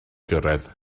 gyrraedd